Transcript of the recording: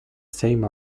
same